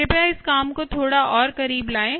कृपया इस काम को थोड़ा और करीब लाएँ